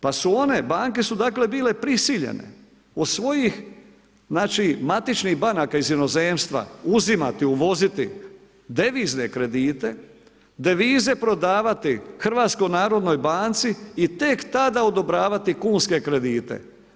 Pa su one, banke su dakle bile prisiljene od svojih matičnih banaka iz inozemstva uzimati uvoziti devizne kredite, devize prodavati HNB-u i tek tada odobravati kunske kredite.